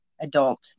adult